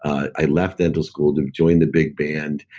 i left dental school to join the big bang, and